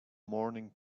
morning